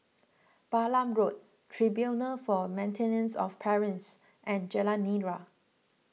Balam Road Tribunal for Maintenance of Parents and Jalan Nira